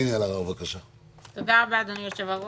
אני רוצה לאחל לך, אדוני היושב-ראש,